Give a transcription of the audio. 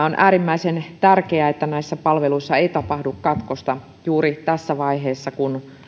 on äärimmäisen tärkeää että näissä palveluissa ei tapahdu katkosta juuri tässä vaiheessa kun